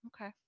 Okay